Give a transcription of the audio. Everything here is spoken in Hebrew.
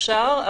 אפשר.